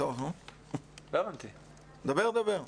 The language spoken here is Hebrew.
אגב,